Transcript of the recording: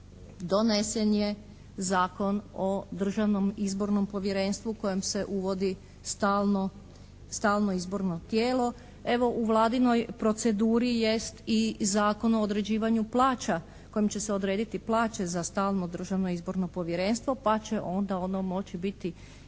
Donesen je Zakon o državnom izbornom povjerenstvu kojim se uvodi stalno izborno tijelo. Evo u Vladinoj proceduri jest i Zakon o određivanju plaća kojim će se odrediti plaće za stalno Državno izborno povjerenstvo pa će onda ono moći biti